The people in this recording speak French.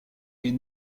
est